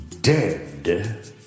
Dead